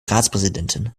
ratspräsidentin